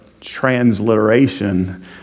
transliteration